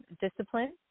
discipline